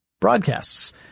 broadcasts